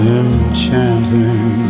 enchanting